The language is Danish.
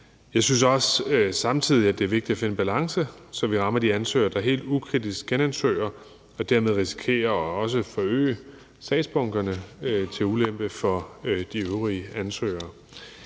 Jeg synes også samtidig, at det er vigtigt at finde en balance, så vi rammer de ansøgere, der helt ukritisk genansøger og dermed risikerer og også forøger sagsbunkerne til ulempe for de øvrige ansøgere.